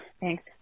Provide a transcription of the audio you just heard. thanks